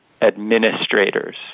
administrators